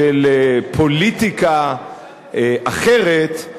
של פוליטיקה אחרת,